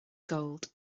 gold